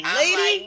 lady